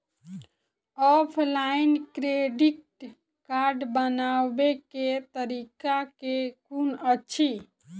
Offline credit card बनाबै केँ तरीका केँ कुन अछि?